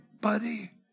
buddy